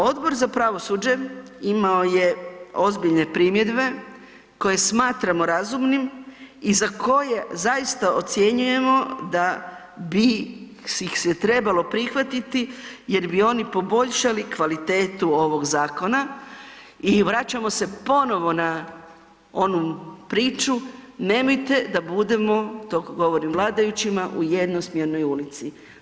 Odbor za pravosuđe imao je ozbiljne primjedbe koje smatramo razumnim i za koje zaista ocjenjujemo da bi ih se trebalo prihvatiti jer bi oni poboljšali kvalitetu ovog zakona i vraćamo se ponovo na onu priču, nemojte da budemo, to govorim vladajućima, u jednosmjernoj ulici.